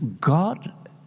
God